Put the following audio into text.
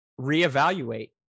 reevaluate